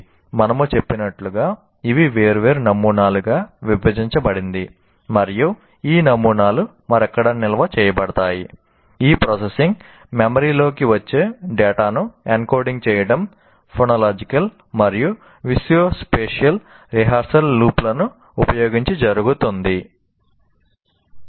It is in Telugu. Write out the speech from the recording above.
మనము చెప్పినట్లుగా ఇది వేర్వేరు నమూనాలుగా విభజించబడింది మరియు ఈ నమూనాలు మరెక్కడ నిల్వ చేయబడతాయి ఆ ప్రాసెసింగ్ మెమరీలోకి వచ్చే డేటాను ఎన్కోడింగ్ చేయడం ఫొనలాజికల్ మరియు విజువస్పేషియల్ రిహార్సల్ లూప్లను ఉపయోగించి జరుగుతుంది